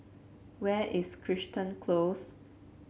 where is Crichton Close